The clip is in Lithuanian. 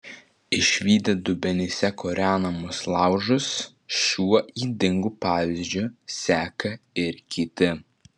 išvydę dubenyse kūrenamus laužus šiuo ydingu pavyzdžiu seka ir kiti